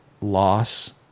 loss